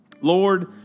Lord